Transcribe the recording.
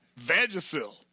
Vagisil